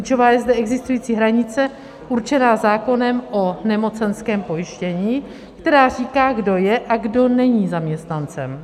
Klíčová je zde existující hranice určená zákonem o nemocenském pojištění, která říká, kdo je a kdo není zaměstnancem.